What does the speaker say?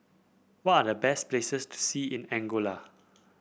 what are the best places to see in Angola